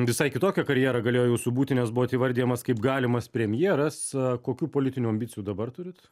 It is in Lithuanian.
visai kitokią karjerą galėjo jūsų būti nes buvo įvardijamas kaip galimas premjeras kokių politinių ambicijų dabar turit